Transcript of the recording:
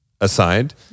aside